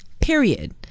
period